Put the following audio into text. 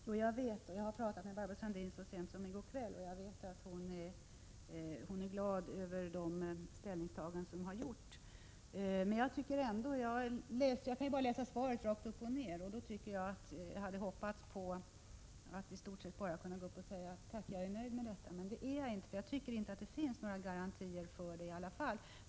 Herr talman! Jag har pratat med Barbro Sandin så sent som i går kväll, och jag vet att hon är glad över de ställningstaganden som har gjorts. Jag kan bara läsa svaret rakt upp och ner. Jag hade naturligtvis hoppats att bara kunna säga: Tack, jag är nöjd. Men det är jag inte, jag tycker inte att det finns några garantier i alla fall.